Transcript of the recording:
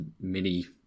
mini